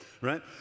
right